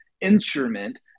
instrument